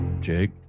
Jake